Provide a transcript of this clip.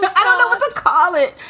but i don't know what to call it.